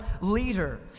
leader